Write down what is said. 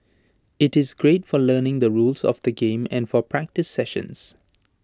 IT is great for learning the rules of the game and for practice sessions